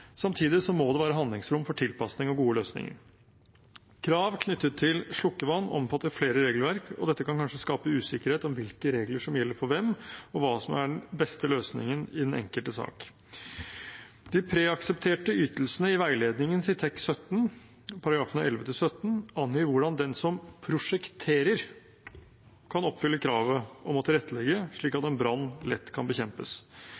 Samtidig må det være handlingsrom for tilpasning og gode løsninger. Krav knyttet til slukkevann omfatter flere regelverk, og dette kan kanskje skape usikkerhet om hvilke regler som gjelder for hvem, og hva som er den beste løsningen i den enkelte sak. De preaksepterte ytelsene i veiledningen til TEK17 §§ 11-117 angir hvordan den som prosjekterer, kan oppfylle kravet om å tilrettelegge slik at en brann lett kan bekjempes.